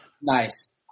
Nice